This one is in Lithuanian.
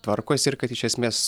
tvarkosi ir kad iš esmės